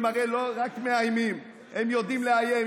הם הרי רק מאיימים, הם יודעים לאיים.